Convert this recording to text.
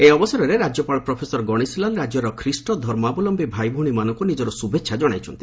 ଏହି ଅବସରରେ ରାଜ୍ୟପାଳ ପ୍ରଫେସର ଗଣେଶୀଲାଲ ରାଜ୍ୟର ଖ୍ରୀଷ୍ଟଧର୍ମାବଲମୀ ଭାଇଭଉଣୀମାନଙ୍କୁ ନିଜର ଶୁଭେଛା ଜଣାଇଛନ୍ତି